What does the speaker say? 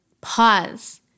pause